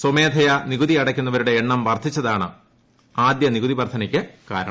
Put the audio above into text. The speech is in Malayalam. സ്വമേധയ നികുതി അടയ്ക്കുന്നവരുടെ എണ്ണം വർദ്ധിച്ചതാണ് ആദ്യ നികുതി വർദ്ധനയ്ക്ക് കാരണം